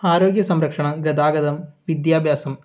ആരോഗ്യ സംരക്ഷണം ഗതാഗതം വിദ്യാഭ്യാസം